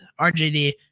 rjd